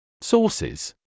Sources